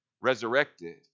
resurrected